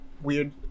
weird